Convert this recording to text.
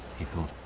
he thought.